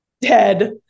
Dead